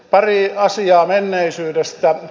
pari asiaa menneisyydestä